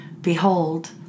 Behold